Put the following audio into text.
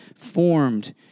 formed